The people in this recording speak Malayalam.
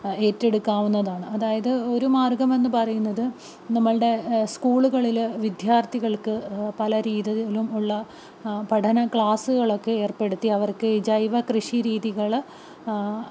ഏറ്റെടുക്കാവുന്നതാണ് അതായത് ഒരു മാർഗ്ഗം എന്ന് പറയുന്നത് നമ്മളുടെ സ്കൂളുകളിൽ വിദ്യാർത്ഥികൾക്ക് പല രീതിയിലും ഉള്ള പഠന ക്ലാസ്സുകളൊക്കെ ഏർപ്പെടുത്തി അവർക്ക് ജൈവ കൃഷി രീതികൾ